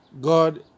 God